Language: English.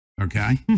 okay